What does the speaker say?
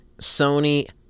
Sony